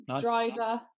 driver